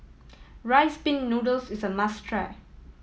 Rice Pin Noodles is a must try